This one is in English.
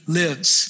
lives